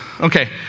Okay